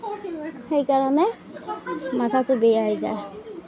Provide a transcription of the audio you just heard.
সেইকাৰণে মাঠাটো বেয়া হৈ যায়